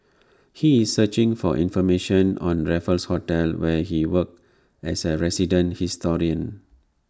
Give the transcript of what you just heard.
he is searching for information on Raffles hotel where he works as A resident historian